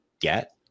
get